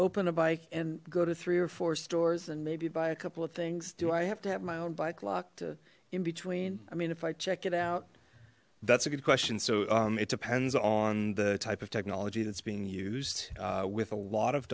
open a bike and go to three or four stores and maybe buy a couple of things do i have to have my own bike lock to in between i mean if i check it out that's a good question so it depends on the type of technology that's being used with a lot of